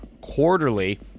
quarterly